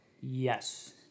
Yes